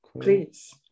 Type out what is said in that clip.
Please